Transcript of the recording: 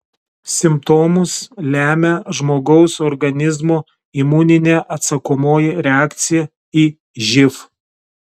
simptomus lemia žmogaus organizmo imuninė atsakomoji reakcija į živ